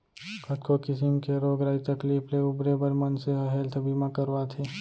कतको किसिम के रोग राई तकलीफ ले उबरे बर मनसे ह हेल्थ बीमा करवाथे